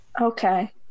Okay